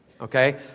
okay